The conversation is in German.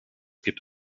gibt